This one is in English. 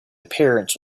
appearance